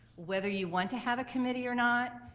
whether you want to have a committee or not.